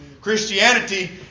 Christianity